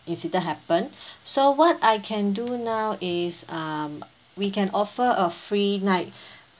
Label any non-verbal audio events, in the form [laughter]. incident happened [breath] so what I can do now is um we can offer a free night [breath]